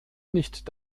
nicht